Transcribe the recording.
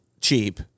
cheap